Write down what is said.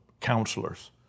counselors